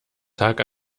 tag